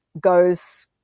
goes